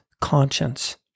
conscience